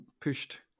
pushed